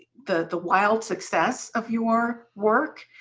the the wild success of your work,